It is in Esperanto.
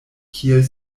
kiel